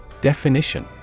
Definition